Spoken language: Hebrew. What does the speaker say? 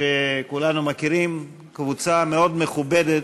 שכולנו מכירים, קבוצה מאוד מכובדת,